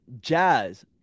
Jazz